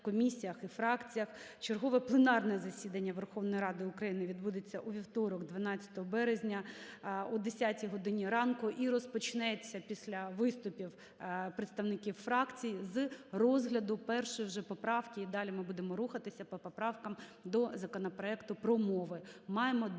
Верховної Ради України відбудеться у вівторок 12 березня о 10 годині ранку, і розпочнеться після виступів представників фракцій з розгляду першої вже поправки, і далі ми будемо рухатися по поправкам до законопроекту про мови.